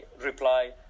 reply